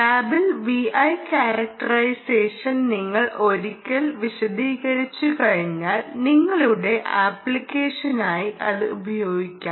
ലാബിലെ VI characterisation നിങ്ങൾ ഒരിക്കൽ വിശദീകരിച്ചുകഴിഞ്ഞാൽ നിങ്ങളുടെ അപ്ലിക്കേഷനായി അത് ഉപയോഗിക്കാം